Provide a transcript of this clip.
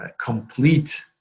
complete